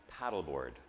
paddleboard